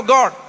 God